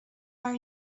are